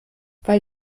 weil